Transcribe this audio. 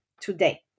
today